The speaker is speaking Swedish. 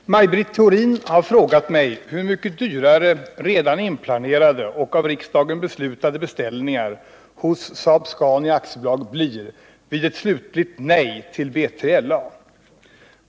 Herr talman! Maj Britt Theorin har frågat mig hur mycket dyrare redan inplanerade och av riksdagen beslutade beställningar hos Saab-Scania AB blir vid ett slutligt nej till BILA.